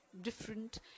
different